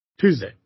Tuesday